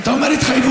אתה אומר התחייבות.